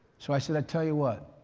so i said, i'll tell you what,